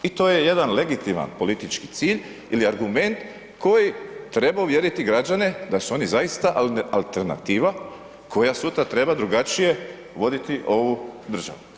I to je jedan legitiman politički cilj ili argument koji treba uvjeriti građane da su oni zaista alternativa koja sutra treba drugačije voditi ovu državu.